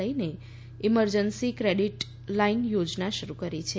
લઈને emergency credit line યોજના શરૂ કરી છે